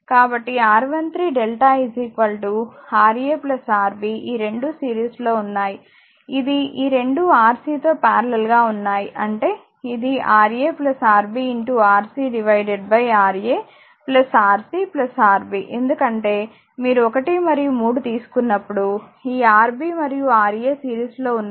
కాబట్టిR13డెల్టా Ra Rb ఈ రెండు series లో ఉన్నాయి ఇది ఈ రెండు Rc తో పారలెల్ గా ఉన్నాయి అంటే ఇది Ra Rb Rc Ra Rc Rb ఎందుకంటే మీరు 1 మరియు 3 తీసుకున్నప్పుడు ఈ Rb మరియు Ra సిరీస్ లో ఉన్నాయి